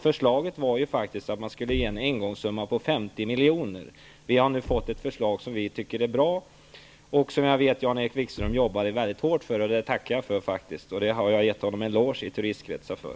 Förslaget var att man skulle ge ett engångsbelopp på 50 miljoner. Vi har nu fått ett förslag som jag tycker är bra och som jag vet att Jan-Erik Wikström jobbade mycket hårt för. Det tackar jag för, och det har jag gett honom en eloge för i turistkretsar.